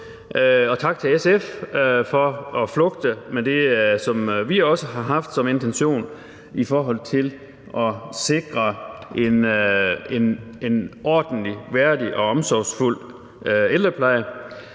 Og tak til SF for et forslag, der flugter med den intention, vi også har haft, i forhold til at sikre en ordentlig, værdig og omsorgsfuld ældrepleje.